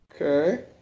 Okay